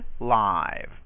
live